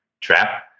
trap